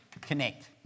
connect